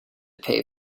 pay